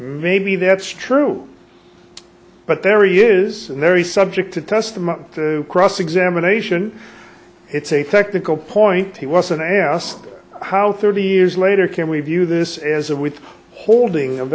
maybe that's true but there is very subject to test them up to cross examination it's a technical point he wasn't asked how thirty years later can we view this as a with holding of